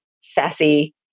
sassy